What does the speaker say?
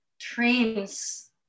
trains